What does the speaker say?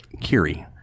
Kiri